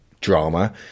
drama